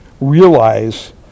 realize